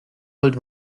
wollt